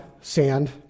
sand